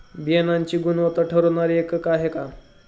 बियाणांची गुणवत्ता ठरवणारे एकक आहे का?